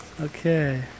Okay